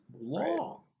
long